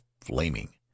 flaming